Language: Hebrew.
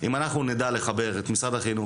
אנחנו מארחים בבת ים.